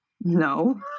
No